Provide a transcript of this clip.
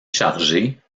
chargé